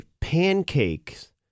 pancakes